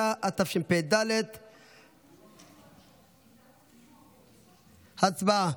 9). הצבעה.